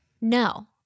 No